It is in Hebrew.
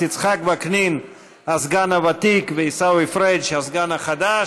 יצחק וקנין ועיסאווי פריג' לסגני יושב-ראש